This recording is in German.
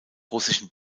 russischen